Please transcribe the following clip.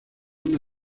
una